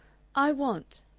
i want,